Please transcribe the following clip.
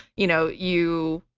you know you